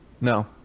No